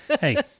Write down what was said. Hey